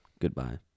Goodbye